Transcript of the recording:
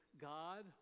God